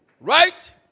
right